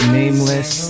nameless